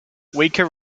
weaker